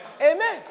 Amen